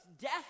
death